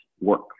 work